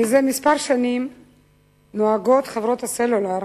זה כמה שנים נוהגות חברות הסלולר